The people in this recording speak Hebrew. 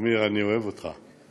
עמיר, אני אוהב אותך.